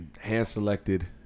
hand-selected